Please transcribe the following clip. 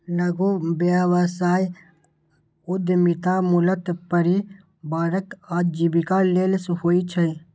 लघु व्यवसाय उद्यमिता मूलतः परिवारक आजीविका लेल होइ छै